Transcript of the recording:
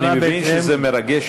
אני מבין שזה מרגש,